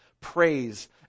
praise